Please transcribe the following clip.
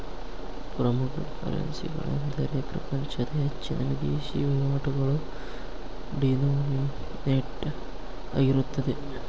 ಪ್ರಮುಖ ಕರೆನ್ಸಿಗಳೆಂದರೆ ಪ್ರಪಂಚದ ಹೆಚ್ಚಿನ ವಿದೇಶಿ ವಹಿವಾಟುಗಳು ಡಿನೋಮಿನೇಟ್ ಆಗಿರುತ್ತವೆ